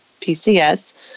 PCS